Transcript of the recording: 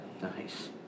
Nice